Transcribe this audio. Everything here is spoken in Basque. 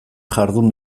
jardun